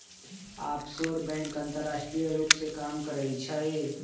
offshore bank अंतरराष्ट्रीय रूप से काम करइ छइ